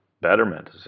betterment